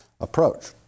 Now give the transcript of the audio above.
approach